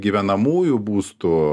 gyvenamųjų būstų